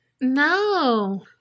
No